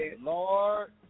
Lord